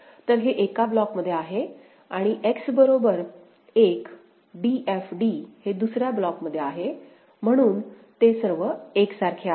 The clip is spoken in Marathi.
तर हे एका ब्लॉक मध्ये आहे आणि X बरोबर 1 d f d हे दुसऱ्या ब्लॉकमध्ये आहे म्हणून ते सर्व एकसारखे आहेत